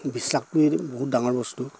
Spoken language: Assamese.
বিশ্বাসটোৱেই বহুত ডাঙৰ বস্তু